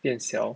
变小